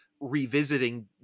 revisiting